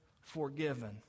forgiven